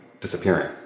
disappearing